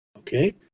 Okay